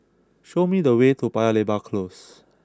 show me the way to Paya Lebar close